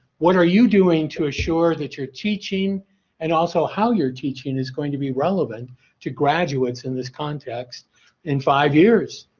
what are you doing to assure that you're teaching and also how you're teaching and is going to be relevant to graduates in this context in five years?